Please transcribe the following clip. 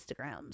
Instagrams